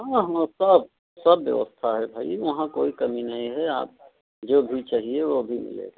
हाँ हाँ सब सब व्यवस्था है भाई यहाँ कोई कमी नहीं है आप जो भी चाहिए वह भी मिलेगा